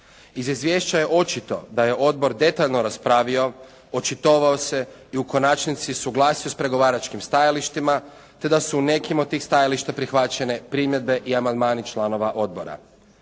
Iz izvješća je očito da je odbor detaljno raspravio, očitovao se i u konačnici suglasio s pregovaračkim stajalištima te da su u nekim od tih stajališta prihvaćeni primjedbe i amandmani članova odbora.